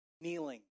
kneeling